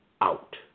out